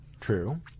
True